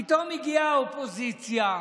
פתאום הגיעה האופוזיציה,